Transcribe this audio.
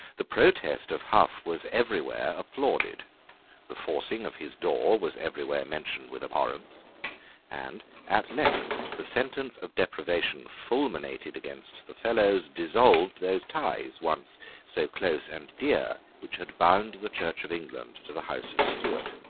the protest of hough was everywhere applauded the forcing of his door was everywhere mentioned with abhorrence and at length the sentence of deprivation fulminated against the fellows dissolved those ties, once so close and dear, which had bound the church of england to the house of stuart.